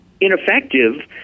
ineffective